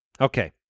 Okay